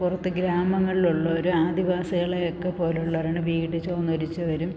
പുറത്ത് ഗ്രാമങ്ങളിലുള്ളവർ ആദിവാസികളെയൊക്കെ പോലെയുള്ളവരാണ് വീട് ചോർന്നൊലിച്ചവരും